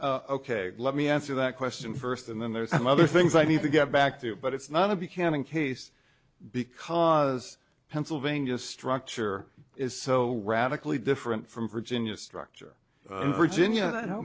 case ok let me answer that question first and then there's some other things i need to get back to but it's not to be canon case because pennsylvania structure is so radically different from virginia structure virginia